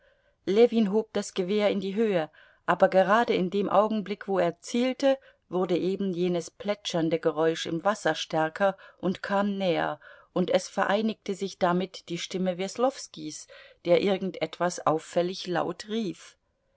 ljewin hob das gewehr in die höhe aber gerade in dem augenblick wo er zielte wurde eben jenes plätschernde geräusch im wasser stärker und kam näher und es vereinigte sich damit die stimme weslowskis der irgend etwas auffällig laut rief